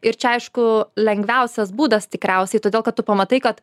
ir čia aišku lengviausias būdas tikriausiai todėl kad tu pamatai kad